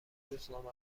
روزنامه